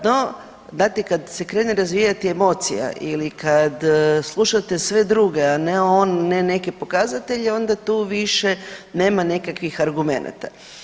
No, … kad se krene razvijati emocija ili kad slušate sve druge, a ne neke pokazatelje onda tu više nema nekakvih argumenata.